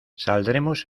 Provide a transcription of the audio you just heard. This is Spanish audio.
saldremos